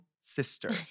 Sister